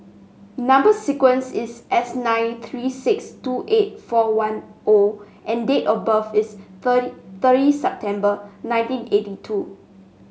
number sequence is S nine three six two eight four one O and date of birth is thirty thirty September nineteen eighty two